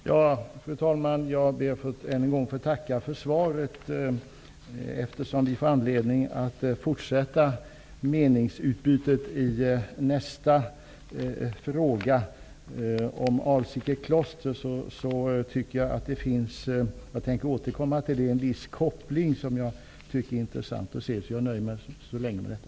Fru talman! Jag ber än en gång att få tacka för svaret. Eftersom vi får anledning att fortsätta meningsutbytet i debatten om nästkommande fråga om polisaktionen i Alsike kloster, tänker jag återkomma till en viss koppling som jag tycker är intressant. Jag nöjer mig så länge med detta.